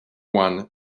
one